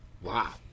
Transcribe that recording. Wow